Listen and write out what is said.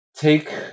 take